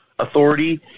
authority